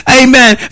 amen